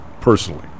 personally